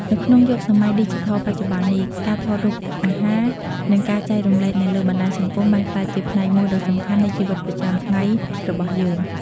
នៅក្នុងយុគសម័យឌីជីថលបច្ចុប្បន្ននេះ ការថតរូបអាហារ និងការចែករំលែកនៅលើបណ្ដាញសង្គមបានក្លាយជាផ្នែកមួយដ៏សំខាន់នៃជីវិតប្រចាំថ្ងៃរបស់យើង។